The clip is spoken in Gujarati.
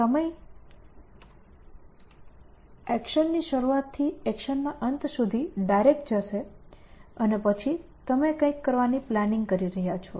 સમય એક્શનની શરૂઆતથી એક્શનના અંત સુધી ડાયરેક્ટ જશે અને પછી તમે કંઈક કરવાની પ્લાનિંગ ઘડી રહ્યા છો